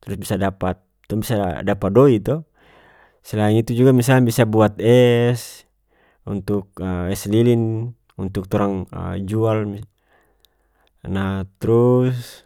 trus bisa dapat tong bisa dapa doi to selain itu juga misal bisa buat es untuk es lilin untuk torang jual nah trus.